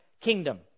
kingdom